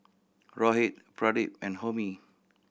Rohit Pradip and Homi